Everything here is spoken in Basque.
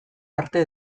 arte